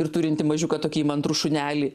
ir turinti mažiuką tokį įmantrų šunelį